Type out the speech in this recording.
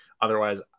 Otherwise